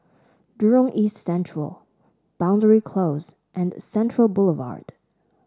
Jurong East Central Boundary Close and Central Boulevard